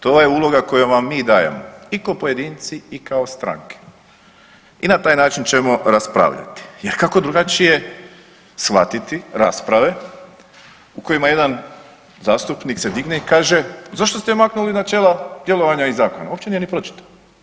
To je uloga koju vam mi dajemo i kao pojedinci i kao stranke i na taj način ćemo raspravljati jer kako drugačije shvatiti rasprave u kojima jedan zastupnik se digne i kaže zašto ste maknuli načela djelovanja iz zakona, uopće nije ni pročitao.